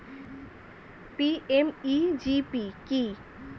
PMEGP কি?